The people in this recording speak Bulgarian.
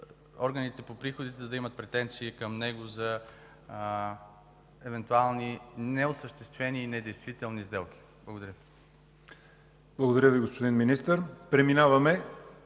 органите по приходите да имат претенции към него за евентуални неосъществени и недействителни сделки. Благодаря. ПРЕДСЕДАТЕЛ ЯВОР ХАЙТОВ: Благодаря Ви, господин Министър. Преминаваме